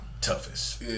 Toughest